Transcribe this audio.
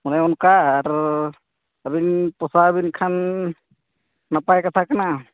ᱚᱱᱮ ᱚᱱᱠᱟ ᱟᱨ ᱟᱹᱵᱮᱱ ᱯᱳᱥᱟᱣᱵᱮᱱ ᱠᱷᱟᱱ ᱱᱟᱯᱟᱭ ᱠᱟᱛᱷᱟ ᱠᱟᱱᱟ